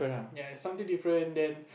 ya something different then